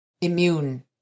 immune